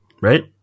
right